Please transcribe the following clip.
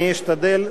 אני אשתדל,